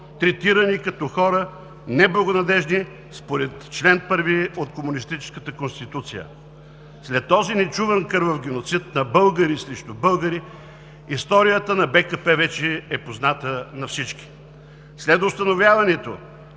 третирани като хора неблагонадеждни според чл. 1 от комунистическата Конституция. След този нечуван кървав геноцид на българи срещу българи историята на БКП вече е позната на всички. След установяването